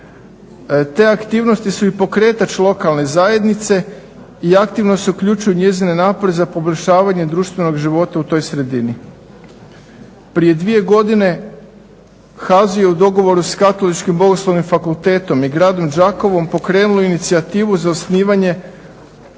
Te aktivnosti su i pokretač lokalne zajednice i aktivno se uključuju u njezine napore za poboljšavanje društvenog života u toj sredini. Prije dvije godine HAZU je u dogovoru s Katoličkim bogoslovnim fakultetom i gradom Đakovom pokrenulo inicijativu za osnivanje